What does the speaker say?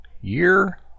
year